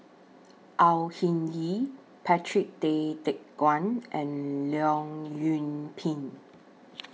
Au Hing Yee Patrick Tay Teck Guan and Leong Yoon Pin